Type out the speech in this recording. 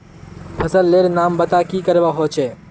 फसल लेर नाम बता की करवा होचे?